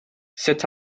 sut